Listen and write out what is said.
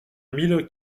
mille